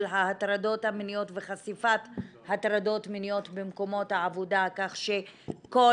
ההטרדות המיניות וחשיפת הטרדות מיניות במקומות העבודה כך שכל